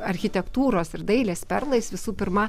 architektūros ir dailės perlais visų pirma